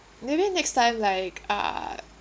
maybe next time like uh